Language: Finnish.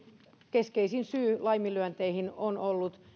keskeisin syy laiminlyönteihin on ollut